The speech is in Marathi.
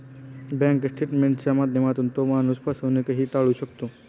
बँक स्टेटमेंटच्या माध्यमातून तो माणूस फसवणूकही टाळू शकतो